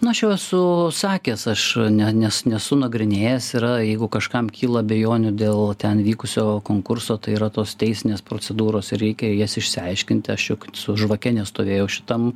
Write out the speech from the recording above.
na aš jau esu sakęs aš ne nes nesu nagrinėjęs yra jeigu kažkam kyla abejonių dėl ten vykusio konkurso tai yra tos teisinės procedūros ir reikia jas išsiaiškinti aš juk su žvake nestovėjau šitam